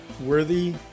worthy